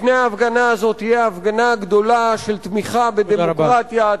לפני ההפגנה הזאת תהיה הפגנה גדולה של תמיכה בדמוקרטיה,